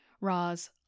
Roz